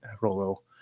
Rolo